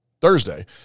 Thursday